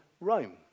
Rome